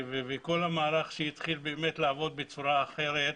וכל המהלך שהתחיל לעבוד בצורה אחרת,